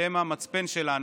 שהן המצפן שלנו,